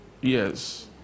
Yes